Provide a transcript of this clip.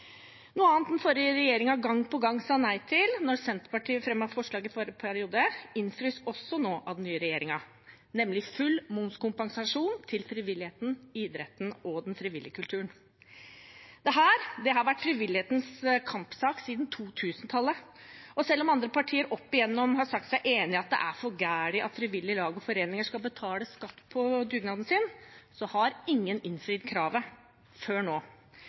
Noe annet den forrige regjeringen gang på gang sa nei til når Senterpartiet fremmet forslag i forrige periode, innfris også nå av den nye regjeringen, nemlig full momskompensasjon for frivilligheten, idretten og den frivillige kulturen. Dette har vært frivillighetens kampsak siden 2000-tallet, og selv om andre partier opp igjennom har sagt seg enig i at det er for galt at frivillige lag og foreninger skal betale skatt på dugnaden sin, har ingen innfridd kravet før nå.